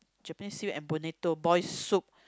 Japanese seaweed and bonito boiled soup